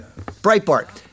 Breitbart